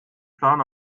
plan